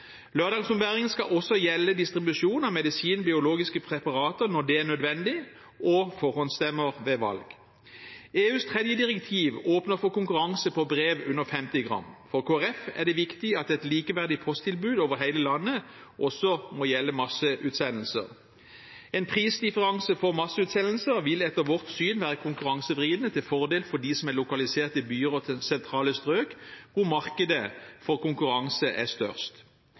skal også gjelde distribusjon av medisin, biologiske preparater når det er nødvendig, og forhåndsstemmer ved valg. EUs tredje postdirektiv åpner for konkurranse på brev under 50 gram. For Kristelig Folkeparti er det viktig at et likeverdig posttilbud over hele landet også må gjelde masseutsendelser. En prisdifferanse for masseutsendelser vil etter vårt syn være konkurransevridende til fordel for dem som er lokalisert i byer og sentrale strøk, hvor markedet for konkurranse er størst.